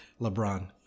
LeBron